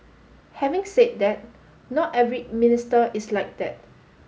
having said that not every minister is like that